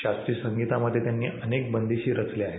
शास्त्रीय संगतीमध्ये त्यांनी अनेक बंदीशी रचले आहेत